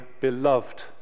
beloved